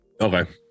okay